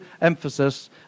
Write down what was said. emphasis